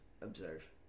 observe